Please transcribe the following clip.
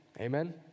Amen